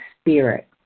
spirit